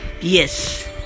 Yes